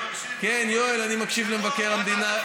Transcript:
כן, אני מקשיב למבקר המדינה.